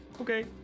okay